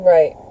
Right